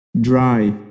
Dry